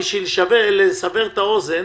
בשביל לסבר את האוזן